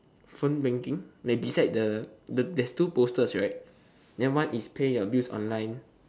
phone blinking then beside the the there's two posters right then one is pay your bills online